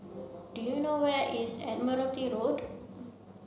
do you know where is Admiralty Road